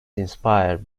inspired